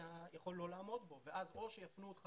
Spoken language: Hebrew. אתה יכול לא לעמוד בו ואז יכול להיות שיפנו אותך